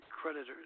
creditors